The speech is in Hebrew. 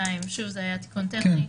2. זה התיקון הטכני,